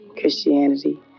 Christianity